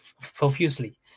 profusely